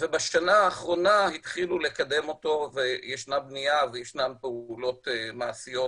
ובשנה האחרונה התחילו לקדם אותו וישנה בנייה וישנן פעולות מעשיות